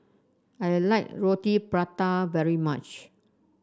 I like Roti Prata very much